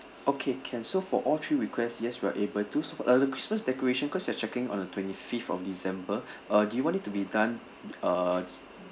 okay can so for all three requests yes we are able to support uh the christmas decoration cause you're checking on the twenty-fifth of december uh do you want it to be done uh